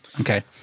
Okay